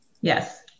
Yes